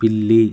పిల్లి